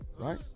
right